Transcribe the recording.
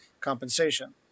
compensation